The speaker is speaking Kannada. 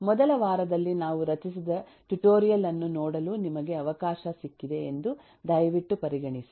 ಮೊದಲ ವಾರದಲ್ಲಿ ನಾವು ರಚಿಸಿದ ಟ್ಯುಟೋರಿಯಲ್ ಅನ್ನು ನೋಡಲು ನಿಮಗೆ ಅವಕಾಶ ಸಿಕ್ಕಿದೆ ಎಂದು ದಯವಿಟ್ಟು ಪರಿಗಣಿಸಿ